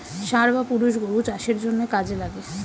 ষাঁড় বা পুরুষ গরু চাষের জন্যে কাজে লাগে